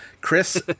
Chris